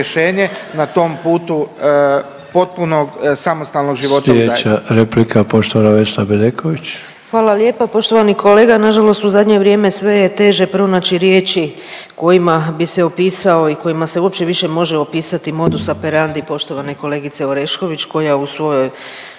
na tom putu potpunog samostalnog života